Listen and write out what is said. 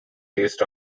list